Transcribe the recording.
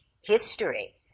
history